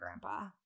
grandpa